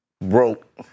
broke